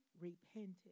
repented